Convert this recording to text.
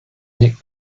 nick